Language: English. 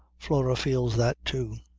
flora feels that too.